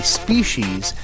species